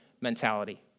mentality